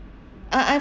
uh I'm